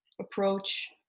approach